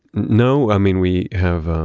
no. i mean we have, um,